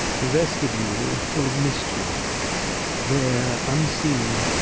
the vestibule, full of mystery there unseen,